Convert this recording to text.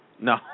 No